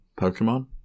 Pokemon